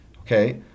okay